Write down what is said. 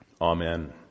Amen